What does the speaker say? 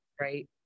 Right